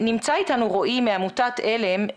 נמצא איתנו רועי מעמותת עלם.